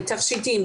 בתכשיטים,